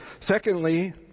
Secondly